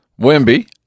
Wimby